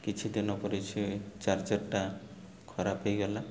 କିଛିଦିନ ପରେ ଚାର୍ଜରଟା ଖରାପ ହେଇଗଲା